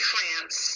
France